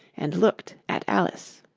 and looked at alice.